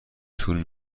طول